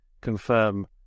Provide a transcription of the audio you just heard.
confirm